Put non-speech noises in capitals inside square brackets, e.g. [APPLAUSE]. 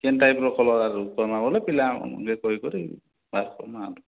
କେନ୍ ଟାଇପ୍ର କଲ୍ର୍ ଆରୁ କହିମା ବୋଲେ ପିଲାମାନଙ୍କୁ [UNINTELLIGIBLE] କହିକରି ବାହାର୍ କର୍ମା